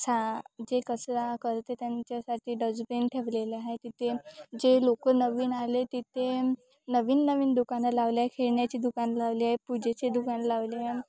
सा जे कचरा करते त्यांच्यासाठी डस्टबीन ठेवलेले आहे तिथे जे लोक नवीन आले तिथे नवीन नवीन दुकानं लावले खेळण्याची दुकान लावली आहे पूजेचे दुकान लावले आहे